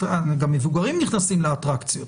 גם מבוגרים נכנסים לאטרקציות,